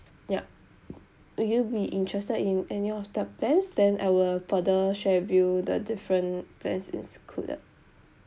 yup would you be interested in any of the plans then I will further share with you the different plans included